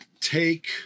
Take